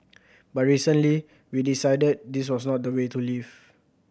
but recently we decided this was not the way to live